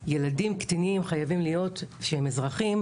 כי ילדים קטינים שהם אזרחים,